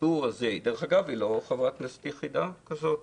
היא לא חברת כנסת יחידה כזאת,